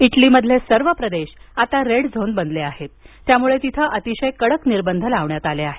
इटलीमधील सर्व प्रदेश आता रेड झोन बनले आहेत त्यामुळे तिथं अतिशय कडक निर्बंध लावण्यात आले आहेत